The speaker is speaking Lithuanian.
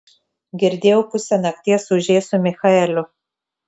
girdėjau pusę nakties ūžei su michaeliu